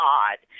odd